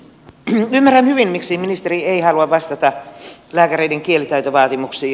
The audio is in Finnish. ymmärrän hyvin miksi ministeri ei halua vastata lääkäreiden kielitaitovaatimuksiin